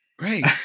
Right